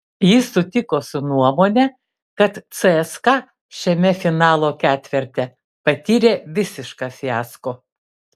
jis sutiko su nuomone kad cska šiame finalo ketverte patyrė visišką fiasko